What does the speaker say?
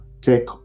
take